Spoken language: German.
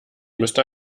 müsste